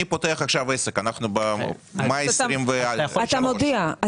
אני פותח עכשיו עסק, אנחנו במאי 24'. אתה מודיע.